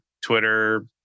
Twitter